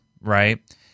right